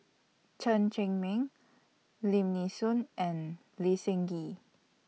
Chen Cheng Mei Lim Nee Soon and Lee Seng Gee